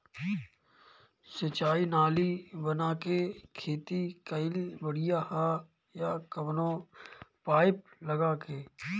सिंचाई नाली बना के खेती कईल बढ़िया ह या कवनो पाइप लगा के?